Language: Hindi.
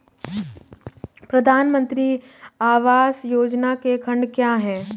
प्रधानमंत्री आवास योजना के खंड क्या हैं?